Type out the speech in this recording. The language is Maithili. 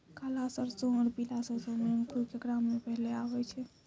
काला सरसो और पीला सरसो मे अंकुर केकरा मे पहले आबै छै?